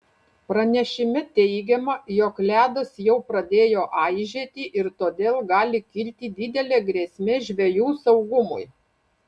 pranešime teigiama jog ledas jau pradėjo aižėti ir todėl gali kilti didelė grėsmė žvejų saugumui